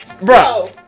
Bro